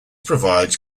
provides